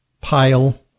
pile